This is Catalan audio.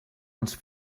els